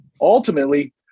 Ultimately